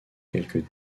quelques